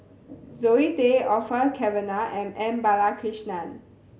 Zoe Tay Orfeur Cavenagh and M Balakrishnan